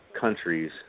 countries